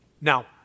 Now